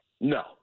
No